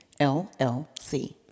LLC